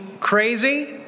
crazy